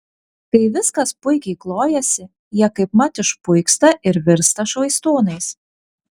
kai viskas puikiai klojasi jie kaipmat išpuiksta ir virsta švaistūnais